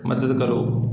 ਮਦਦ ਕਰੋ